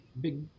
big